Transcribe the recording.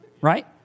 right